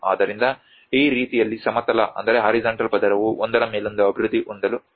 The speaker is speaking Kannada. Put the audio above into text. ಆದ್ದರಿಂದ ಈ ರೀತಿಯಲ್ಲಿ ಸಮತಲ ಪದರವು ಒಂದರ ಮೇಲೊಂದು ಅಭಿವೃದ್ಧಿ ಹೊಂದಲು ಪ್ರಾರಂಭಿಸಿತು